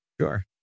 Sure